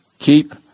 Keep